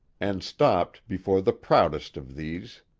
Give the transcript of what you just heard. and stopped before the proudest of these.